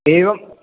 एवम्